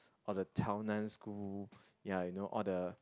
or the Tao-Nan-school ya you know all the